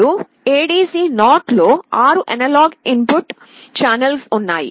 ఇప్పుడు ADC0 లో 6 analog input channels ఉన్నాయి